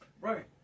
Right